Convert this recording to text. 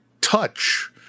touch